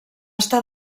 estar